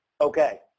okay